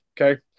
Okay